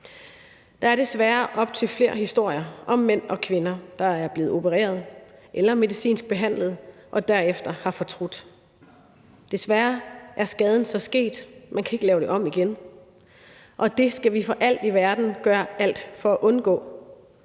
Der er desværre op til flere historier om mænd og kvinder, der er blevet opereret eller medicinsk behandlet, og som derefter har fortrudt. Desværre er skaden så sket, for man kan ikke lave det om igen, og det skal vi for alt i verden gøre alt for at undgå.